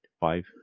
Five